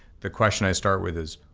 the question i start with is,